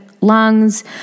lungs